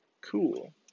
Cool